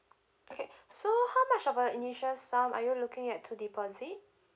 okay so how much of a initial sum are you looking at to deposit